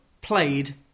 played